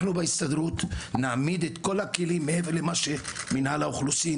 אנחנו בהסתדרות נעמיד את כל הכלים מעבר למה שמנהל האוכלוסין